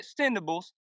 extendables